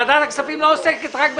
נכון.